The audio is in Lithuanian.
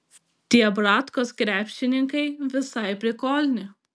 tie bratkos krepšininkai visai prikolni